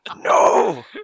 No